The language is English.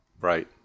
Right